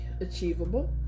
achievable